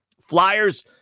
Flyers